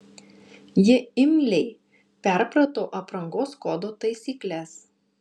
ji imliai perprato aprangos kodo taisykles